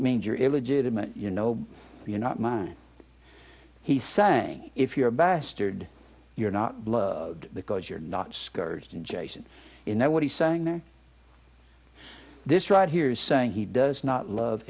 manger illegitimate you know you're not mine he's saying if you're a bastard you're not because you're not skirting jason you know what he's saying there this right here is saying he does not love